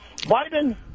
Biden